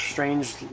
Strange